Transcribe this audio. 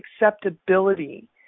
acceptability